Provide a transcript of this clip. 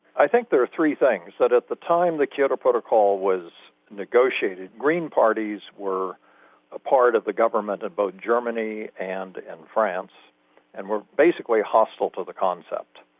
i think there were three things, that at the time the kyoto protocol was negotiated, green parties were a part of the government of both germany and and france and were basically hostile to the concept.